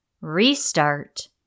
restart